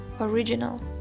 original